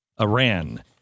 Iran